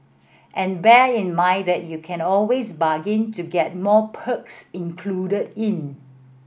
and bear in mind that you can always bargain to get more perks included in